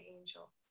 angel